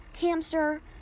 hamster